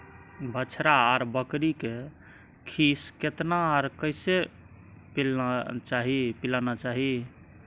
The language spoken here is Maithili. बछरा आर बछरी के खीस केतना आर कैसे पिलाना चाही?